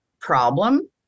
Problem